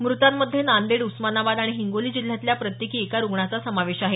मृतांमध्ये नांदेड उस्मानाबाद आणि हिंगोली जिल्ह्यातल्या प्रत्येकी एका रुग्णाचा समावेश आहे